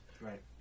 Right